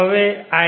અને igr